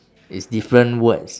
it's different words